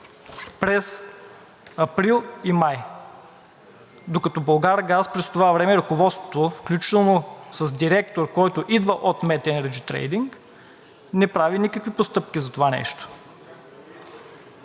април и май, докато „Булгаргаз“ през това време, ръководството, включително с директор, който идва от „МЕТ Енерджи Трейдинг“, не прави никакви постъпки за това нещо.